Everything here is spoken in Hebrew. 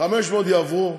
500 יעברו,